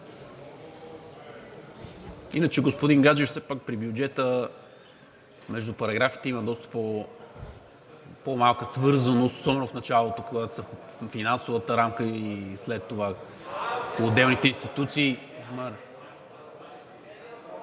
Господин Гаджев, все пак при бюджета между параграфите има доста по-малка свързаност особено в началото, когато са по финансовата рамка, и след това по отделните институции